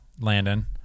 Landon